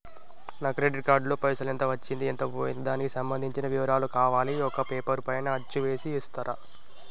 నా credit card లో పైసలు ఎంత వచ్చింది ఎంత పోయింది దానికి సంబంధించిన వివరాలు కావాలి ఒక పేపర్ పైన అచ్చు చేసి ఇస్తరా?